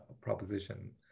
proposition